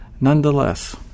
nonetheless